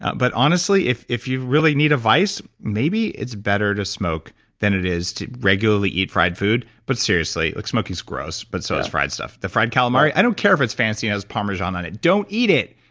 ah but honestly, if if you really need advice maybe it's better to smoke than it is to regularly eat fried food, but seriously, like smoking's gross, but so is fried stuff. the fried calamari, i don't care if it's fancy as parmigiana don't eat it.